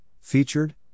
Featured